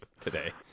today